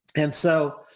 and so,